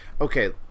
okay